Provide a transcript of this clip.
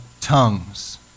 tongues